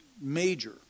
Major